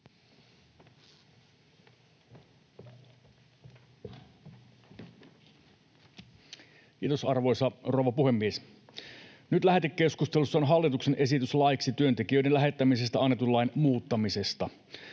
Kiitos, arvoisa rouva puhemies! Nyt lähetekeskustelussa on hallituksen esitys laiksi työntekijöiden lähettämisestä annetun lain muuttamisesta.